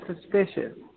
suspicious